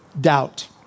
doubt